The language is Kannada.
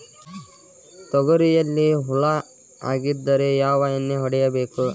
ತೊಗರಿಯಲ್ಲಿ ಹುಳ ಆಗಿದ್ದರೆ ಯಾವ ಎಣ್ಣೆ ಹೊಡಿಬೇಕು?